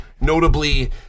notably